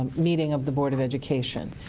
um meeting of the board of education,